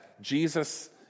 Jesus